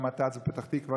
במת"צ בפתח תקווה,